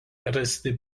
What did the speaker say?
rasti